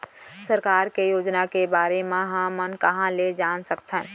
सरकार के योजना के बारे म हमन कहाँ ल जान सकथन?